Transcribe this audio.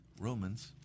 Romans